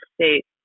State